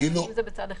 --- זה בצד אחד.